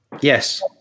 yes